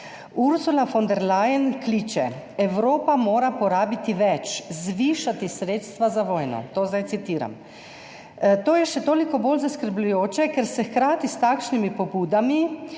Ursula von der Leyen kliče, da mora Evropa porabiti več, zvišati sredstva za vojno. To zdaj citiram. To je še toliko bolj zaskrbljujoče, ker se hkrati s takšnimi pobudami